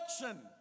election